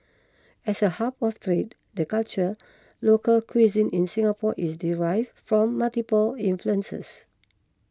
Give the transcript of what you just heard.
as a hub for freed the culture local cuisine in Singapore is derived from multiple influences